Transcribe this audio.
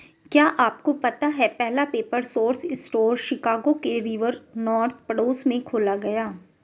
क्या आपको पता है पहला पेपर सोर्स स्टोर शिकागो के रिवर नॉर्थ पड़ोस में खोला गया?